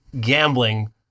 gambling